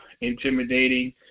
intimidating